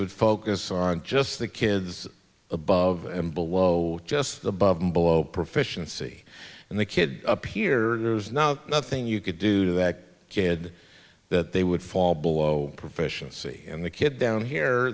would focus on just the kids above and below just above and below proficiency and the kid up here there's not nothing you could do that kid that they would fall below proficiency and the kid down here